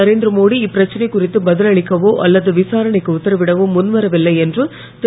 நரேந்திரமோடி இப்பிரச்னை குறித்து பதிலளிக்கவோ அல்லது விசாரணைக்கு உத்தரவிடவோ முன்வரவில்லை என்று திரு